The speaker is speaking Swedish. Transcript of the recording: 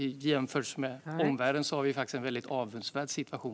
I jämförelse med omvärlden har vi en avundsvärd situation.